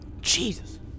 Jesus